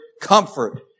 comfort